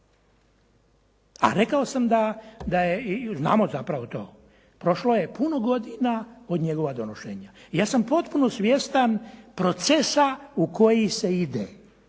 A rekao sam da je, znamo zapravo to, prošlo je puno godina od njegova donošenja. Ja sam potpuno svjestan procesa u koji se ide,